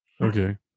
Okay